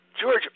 George